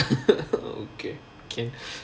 okay can